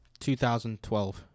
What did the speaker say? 2012